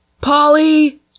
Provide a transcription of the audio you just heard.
Polly